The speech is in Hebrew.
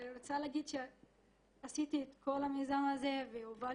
ואני רוצה להגיד שעשיתי והובלתי את כל המיזם הזה כי